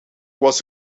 was